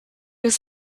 was